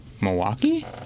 Milwaukee